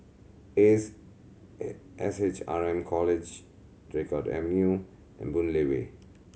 Ace S H R M College Draycott Evernew and Boon Lay Way